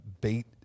bait